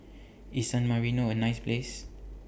IS San Marino A nice Place